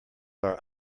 are